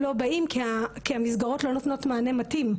הם לא באים כי המסגרות לא נותנות להם את המענה המתאים להם.